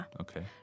Okay